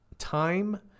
time